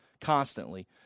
constantly